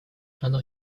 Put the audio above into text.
оно